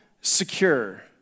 secure